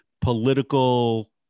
political